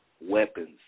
weapons